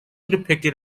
depicted